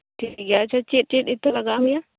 ᱴᱷᱤᱠ ᱜᱮᱭᱟ ᱟᱪ ᱪᱷᱟ ᱪᱮᱜ ᱪᱮᱜ ᱤᱛᱟᱹ ᱞᱟᱜᱟᱣ ᱢᱮᱭᱟ